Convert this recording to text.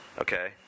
Okay